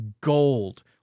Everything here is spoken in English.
gold